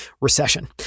recession